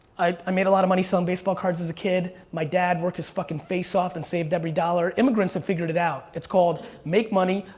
i made a lot of money selling baseball cards a kid. my dad worked his fucking face off and saved every dollar, immigrants have figured it out. it's called make money,